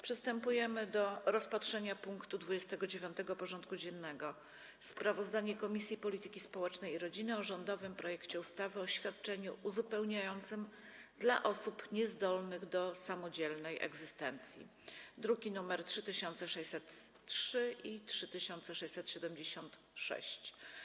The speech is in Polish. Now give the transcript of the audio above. Przystępujemy do rozpatrzenia punktu 29. porządku dziennego: Sprawozdanie Komisji Polityki Społecznej i Rodziny o rządowym projekcie ustawy o świadczeniu uzupełniającym dla osób niezdolnych do samodzielnej egzystencji (druki nr 3603 i 3676)